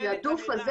התעדוף הזה,